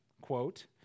quote